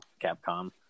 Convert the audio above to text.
Capcom